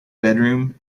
bedroom